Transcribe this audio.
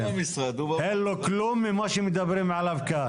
אין לו כלום ממה שמדברים עליו כאן.